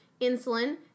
insulin